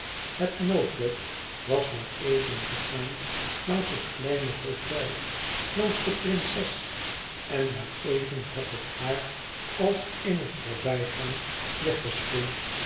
het noodlot was maar éven gegaan langs het kleine hôtel langs de prinses en maar even had het haar als in het voorbijgaan